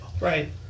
Right